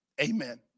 Amen